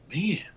man